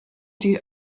die